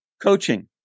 Coaching